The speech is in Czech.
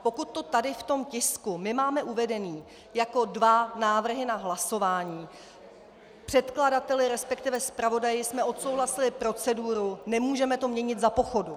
Pokud to tady v tom tisku nemáme uvedené jako dva návrhy na hlasování, předkladateli, resp. zpravodaji jsme odsouhlasili proceduru a nemůžeme to měnit za pochodu.